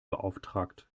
beauftragt